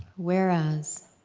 whereas